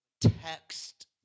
text